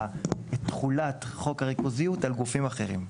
תכולת חוק הריכוזיות על גופים אחרים.